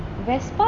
vespa is such a